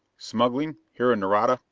smuggling, here in nareda.